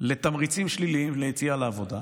לתמריצים שליליים ליציאה לעבודה,